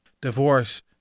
Divorce